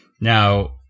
Now